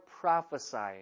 prophesying